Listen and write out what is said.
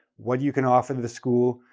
what you can offer the school,